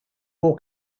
more